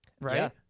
Right